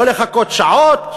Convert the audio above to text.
ולא לחכות שעות.